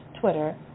Twitter